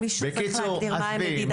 מישהו צריך להגדיר מהי המדידה נדרשת.